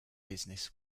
business